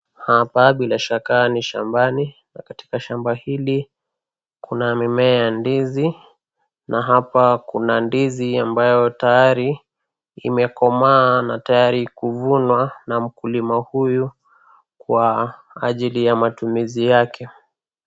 Ha baadhi la shakani shambani na katika shamba hili kuna mimea ya ndizi na hapa kuna ndizi ambayo tayari imekomaa na tayari kuvunwa na mkulima huyu kwa ajili ya matumizi yake.